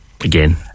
again